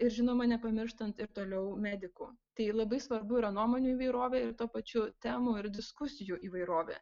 ir žinoma nepamirštant ir toliau medikų tai ir labai svarbu yra nuomonių įvairovė ir tuo pačiu temų ir diskusijų įvairovė